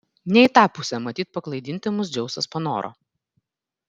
ne į tą pusę matyt paklaidinti mus dzeusas panoro